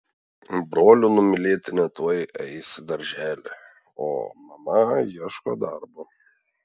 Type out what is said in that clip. brolių numylėtinė tuoj eis į darželį o mama ieško darbo